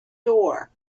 door